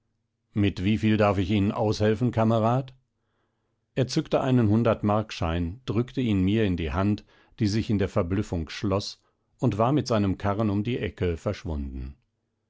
mit wieviel darf ich ihnen aushelfen kamerad er zückte einen hundertmarkschein drückte ihn mir in die hand die sich in der verblüffung schloß und war mit seinem karren um die ecke verschwunden